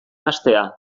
hastea